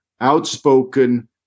outspoken